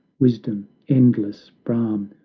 wisdom, endless brahm,